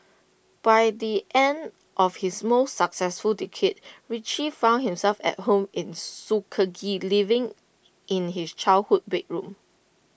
by the end of his most successful decade Richie found himself at home in Tuskegee living in his childhood bedroom